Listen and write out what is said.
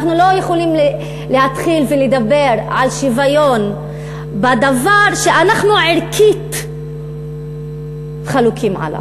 אנחנו לא יכולים להתחיל ולדבר על שוויון בדבר שאנחנו ערכית חלוקים עליו.